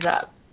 up